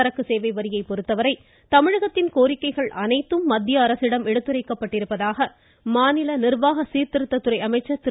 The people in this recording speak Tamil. சரக்கு சேவை வரியை பொறுத்தவரை தமிழகத்தின் கோரிக்கைகள் அனைத்தும் மத்திய அரசிடம் எடுத்துரைக்கப்பட்டிருப்பதாக மாநில நிர்வாக சீர்திருத்தத்துறை திரு